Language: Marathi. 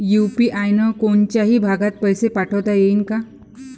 यू.पी.आय न कोनच्याही भागात पैसे पाठवता येईन का?